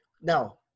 Now